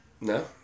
No